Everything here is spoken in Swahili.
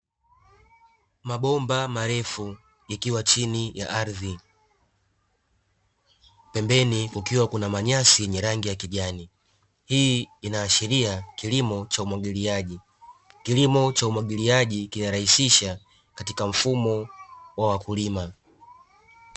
Mabomba marefu yakiwa chini ya ardhi. Pembeni kukiwa kuna manyasi yenye rangi ya kijani. Hii inaashiria kilimo cha umwagiliaji. Kilimo cha umwagiliaji kinarahisisha katika mfumo wa wakulima.